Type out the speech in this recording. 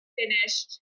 finished